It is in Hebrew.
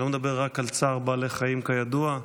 אני לא מדבר רק על צער בעלי חיים, כידוע.